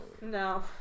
No